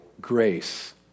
grace